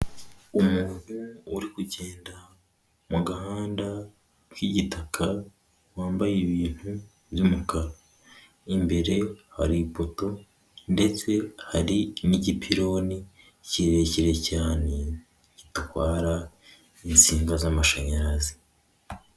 Umuntu uri kugenda mu gahanda k'igitaka, wambaye ibintu by'umukara, imbere hari ipoto ndetse hari n'igipironi kirekire cyane gitwara insinga z'amashanyarazi.